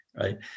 right